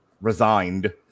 resigned